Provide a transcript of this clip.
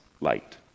light